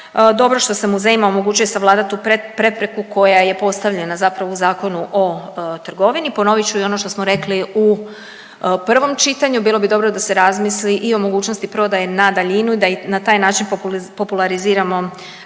Dobro što se muzejima omogućuje savladati tu prepreku koja je postavljena zapravo u Zakonu o trgovini. Ponovit ću i ono što smo rekli u prvom čitanju. Bilo bi dobro da se razmisli i o mogućnosti prodaje na daljinu da i na taj način populariziramo proizvode